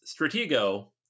Stratego